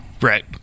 right